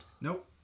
Nope